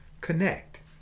Connect